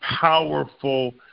powerful